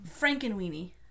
Frankenweenie